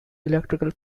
electrical